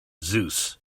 zeus